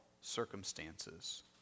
circumstances